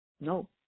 No